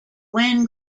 wen